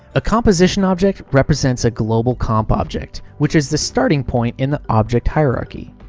a composition object represents a global comp object, which is the starting point in the object hierarchy.